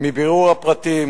מבירור הפרטים